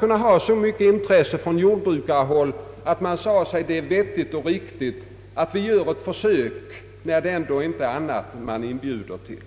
Kunde man inte på jordbrukarhåll ha sagt sig att det är vettigt och riktigt att göra ett försök, när det nu inte är annat man inbjuder till?